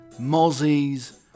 mozzies